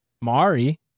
Mari